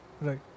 Right